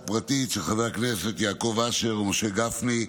פרטית של חבר הכנסת יעקב אשר ומשה גפני,